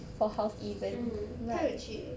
mm 他有去